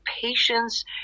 patient's